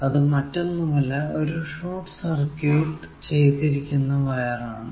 അത് മറ്റൊന്നുമല്ല ഒരു ഷോർട് സർക്യൂട് ചെയ്തിരിക്കുന്ന വയർ ആണ്